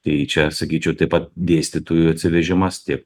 tai čia sakyčiau taip pat dėstytojų atsivežimas tiek